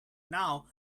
now